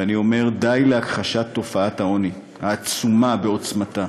ואני אומר, די להכחשת תופעת העוני העצומה בעוצמתה.